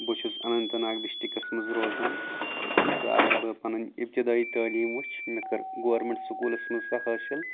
بہٕ چھُس اننت ناگ ڈِسٹرکٹَس منٛز روزان تہٕ اَگر بہٕ پَنٕنۍ اِبتِدٲیی تٲلیٖم وٕچھِ مےٚ کٔر گورنمنٹ سکوٗلَس منٛز سۄ حٲصِل